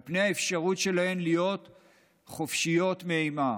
על פני האפשרות שלהן להיות חופשיות מאימה.